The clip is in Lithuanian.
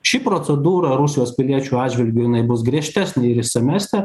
ši procedūra rusijos piliečių atžvilgiu jinai bus griežtesnė ir išsamesnė